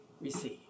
receive